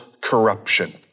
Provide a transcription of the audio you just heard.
corruption